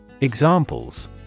Examples